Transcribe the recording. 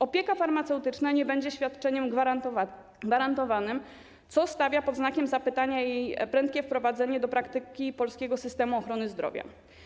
Opieka farmaceutyczna nie będzie świadczeniem gwarantowanym, co stawia pod znakiem zapytania jej prędkie wprowadzenie do praktyki polskiego systemu ochrony zdrowia.